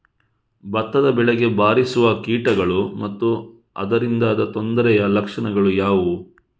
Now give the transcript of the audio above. ಭತ್ತದ ಬೆಳೆಗೆ ಬಾರಿಸುವ ಕೀಟಗಳು ಮತ್ತು ಅದರಿಂದಾದ ತೊಂದರೆಯ ಲಕ್ಷಣಗಳು ಯಾವುವು?